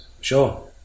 Sure